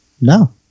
No